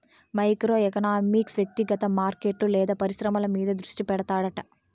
micro economics వ్యక్తిగత మార్కెట్లు లేదా పరిశ్రమల మీద దృష్టి పెడతాడట